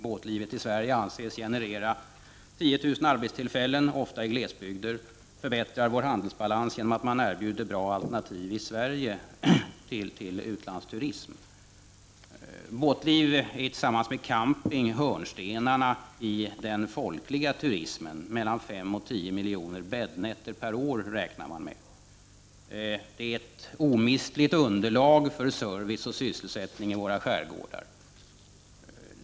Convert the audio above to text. Båtlivet i Sverige anses generera 10000 arbetstillfällen, ofta i glesbygder, och förbättrar vår handelsbalans, genom att man erbjuder bra alternativ i Sverige till utlandsturism. Båtliv är tillsammans med camping hörnstenarna i den folkliga turismen; man räknar med mellan fem och tio miljoner bäddnätter. Det är ett omistligt underlag för service och sysselsättning i våra skärgårdar.